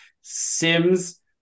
sims